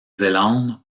zélande